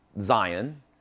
Zion